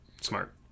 Smart